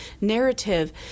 narrative